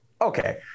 okay